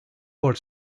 por